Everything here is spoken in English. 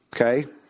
okay